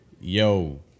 Yo